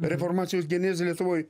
reformacijos genezė lietuvoj